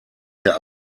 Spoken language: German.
der